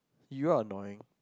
you are annoying